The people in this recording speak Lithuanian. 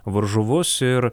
varžovus ir